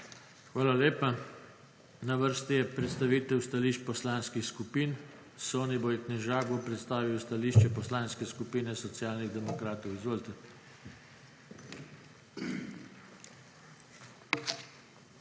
Hvala lepa. Na vrsti je predstavitev stališč poslanskih skupin. Soniboj Knežak bo predstavil stališče Poslanske skupine Socialnih demokratov. Izvolite.